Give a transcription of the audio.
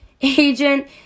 agent